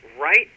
right